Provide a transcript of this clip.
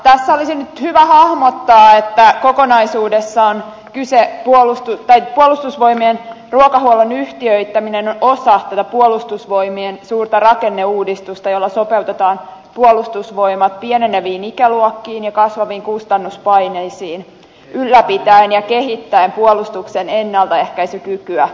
tässä olisi nyt hyvä hahmottaa että kokonaisuudessaan puolustusvoimien ruokahuollon yhtiöittäminen on osa tätä puolustusvoimien suurta rakenneuudistusta jolla sopeutetaan puolustusvoimat pieneneviin ikäluokkiin ja kasvaviin kustannuspaineisiin ylläpitäen ja kehittäen puolustuksen ennaltaehkäisykykyä